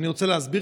ואני רוצה להסביר,